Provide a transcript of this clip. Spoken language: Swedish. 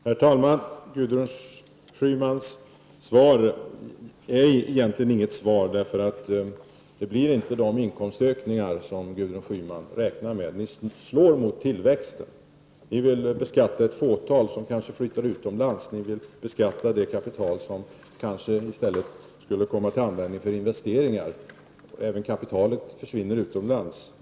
Herr talman! Gudrun Schymans svar är egentligen inget svar, därför att det inte blir de inkomstökningar som hon räknar med. Ni slår mot tillväxten, ni vill beskatta ett fåtal som kanske flyttar utomlands, ni vill beskatta det kapital som kanske i stället skulle komma till användning för investeringar. Även kapitalet försvinner utomlands.